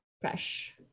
fresh